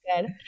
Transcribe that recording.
good